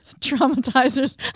Traumatizers